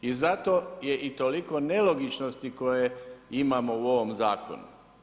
I zato je i toliko nelogičnosti koje imamo u ovom zakonu.